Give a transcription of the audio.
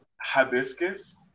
hibiscus